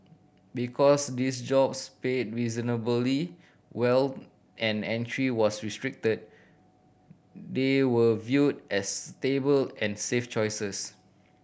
because these jobs paid reasonably well and entry was restricted they were viewed as stable and safe choices